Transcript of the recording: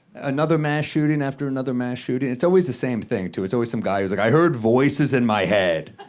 another mass shooting after another mass shooting. it's always the same thing, too. it's always some guy who's like i heard voices in my head.